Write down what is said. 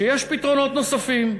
שיש פתרונות נוספים,